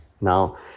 Now